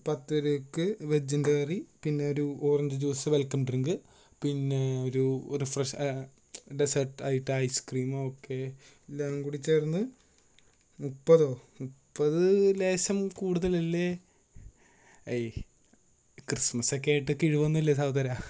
പത്ത്പേർക്ക് വെജിൻ്റെ കറി പിന്നെ പിന്നൊരു ഓറഞ്ച് ജ്യൂസ് വെൽക്കം ഡ്രിങ്ക് പിന്നെ ഒരു റിഫ്രഷ് ഡെസ്സേർട്ടായിട്ട് ഐസ്ക്രീം ഒക്കെ ഇത് എല്ലാംകൂടി ചേർന്ന് മുപ്പതോ മുപ്പത് ലേശം കൂടുതലല്ലേ ഏയ് ക്രിസ്മസ് ഒക്കെ ആയിട്ട് കിഴിവൊന്നുമില്ലേ സഹോദരാ